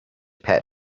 pat